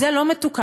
זה לא מתוקן,